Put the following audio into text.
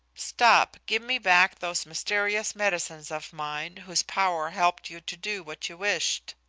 stop give me back those mysterious medicines of mine, whose power helped you to do what you wished.